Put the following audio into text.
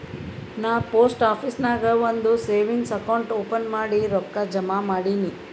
ನಾ post office ನಾಗ್ ಒಂದ್ ಸೇವಿಂಗ್ಸ್ ಅಕೌಂಟ್ ಓಪನ್ ಮಾಡಿ ರೊಕ್ಕಾ ಜಮಾ ಮಾಡಿನಿ